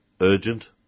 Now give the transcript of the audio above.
urgent